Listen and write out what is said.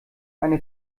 eine